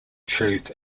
truth